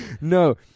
No